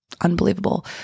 unbelievable